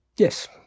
Yes